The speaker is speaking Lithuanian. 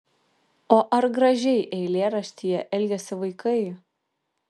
o ar gražiai eilėraštyje elgiasi vaikai